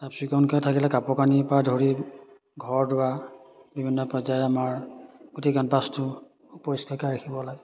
চাফ চিকুণকৈ থাকিলে কাপোৰ কানিৰ পৰা ধৰি ঘৰ দুৱাৰ বিভিন্ন পৰ্যায় আমাৰ গোটেই কেম্পাছটো পৰিষ্কাৰকৈ ৰাখিব লাগে